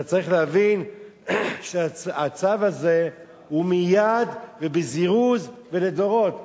אתה צריך להבין שהצו הזה הוא מייד ובזירוז ולדורות.